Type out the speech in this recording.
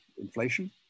inflation